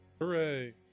Hooray